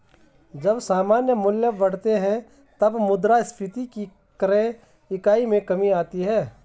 जब सामान्य मूल्य बढ़ते हैं, तब मुद्रास्फीति की क्रय इकाई में कमी आती है